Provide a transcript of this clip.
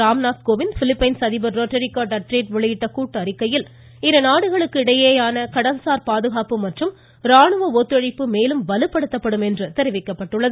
Ramnath Kovind Philippines அதிபர் Rodrigo Duterte வெளியிட்ட கூட்டு அறிக்கையில் இருநாடுகளுக்கு இடையேயான கடல்சார் பாதுகாப்பு மற்றும் ராணுவ ஒத்துழைப்பு மேலும் வலுப்படுத்தப்படும் என்றும் தெரிவிக்கப்பட்டுள்ளது